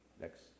Next